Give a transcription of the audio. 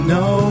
no